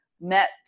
met